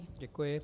Děkuji.